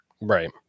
Right